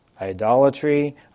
Idolatry